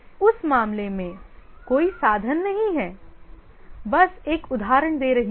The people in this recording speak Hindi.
तो उस मामले में कोई साधन नहीं है बस एक उदाहरण दे रही हूं